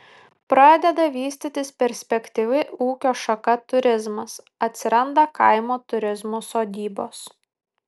pradeda vystytis perspektyvi ūkio šaka turizmas atsiranda kaimo turizmo sodybos